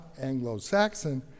Anglo-Saxon